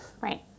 Right